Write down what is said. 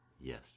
Yes